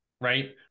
right